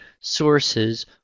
sources